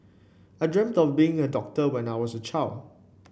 I dreamt of being a doctor when I was a child